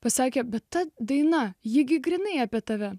pasakė bet ta daina jį grynai apie tave